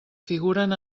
figuren